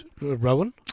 Rowan